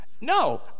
No